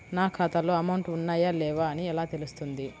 నా ఖాతాలో అమౌంట్ ఉన్నాయా లేవా అని ఎలా తెలుస్తుంది?